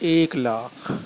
ایک لاکھ